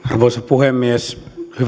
arvoisa puhemies hyvät